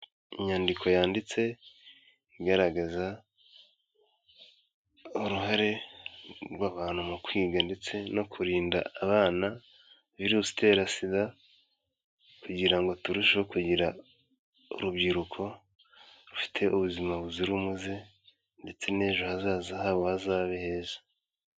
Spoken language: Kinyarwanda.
Inyandiko yanditse igaragaza uruhare rw'abantu mu kwiga ndetse no kurinda abana virusi itera sida, kugira ngo turusheho kugira urubyiruko rufite ubuzima buzira umuze ndetse n'ejo hazaza habo hazabe heza.